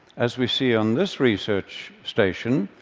as we see on this research station,